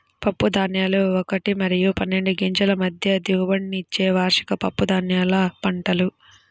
పప్పుధాన్యాలు ఒకటి మరియు పన్నెండు గింజల మధ్య దిగుబడినిచ్చే వార్షిక పప్పుధాన్యాల పంటలు